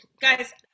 guys